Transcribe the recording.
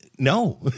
No